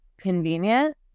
convenient